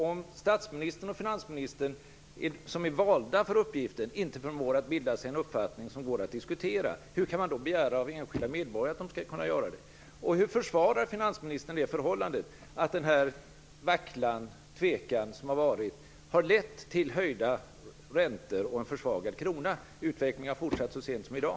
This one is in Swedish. Om statsministern och finansministern, som är valda för uppgiften, inte förmår att bilda sig en uppfattning som går att diskutera, hur kan man då begära av enskilda medborgare att de skall kunna göra det? Hur försvarar finansministern det förhållandet att denna vacklan och tvekan har lett till höjda räntor och en försvagad krona? Utvecklingen har fortsatt så sent som i dag.